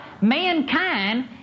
mankind